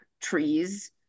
trees